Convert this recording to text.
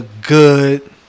good